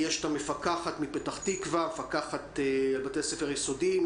המפקחת על בתי ספר יסודיים מפתח תקווה,